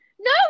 no